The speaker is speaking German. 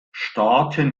staaten